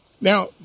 Now